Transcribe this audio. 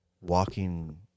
walking